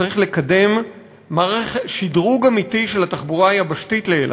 צריך לקדם שדרוג אמיתי של התחבורה היבשתית לאילת.